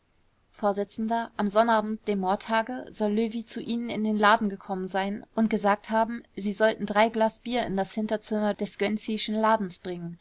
vors am sonnabend dem mordtage soll löwy zu ihnen in den laden gekommen sein und gesagt haben sie sollten drei glas bier in das hinterzimmer des gönczischen ladens bringen